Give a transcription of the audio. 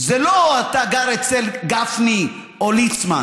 זה לא או אתה גר אצל גפני או ליצמן